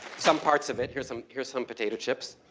some parts of it. here's some, here's some potato chips.